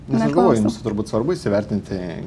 nes aš galvoju jums turbūt svarbu įsivertinti